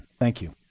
thank you.